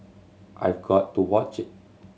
I've got to watch it